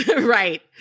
Right